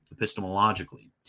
epistemologically